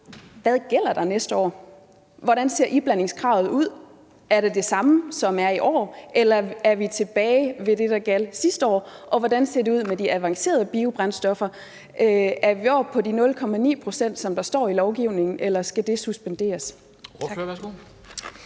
hvad der gælder næste år? Hvordan ser iblandingskravet ud? Er det det samme, som er i år, eller er vi tilbage ved det, der gjaldt sidste år? Og hvordan ser det ud med de avancerede biobrændstoffer? Er vi ovre på de 0,9 pct., som der står i lovgivningen, eller skal det suspenderes?